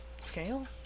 Scale